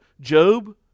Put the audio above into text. Job